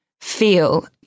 feel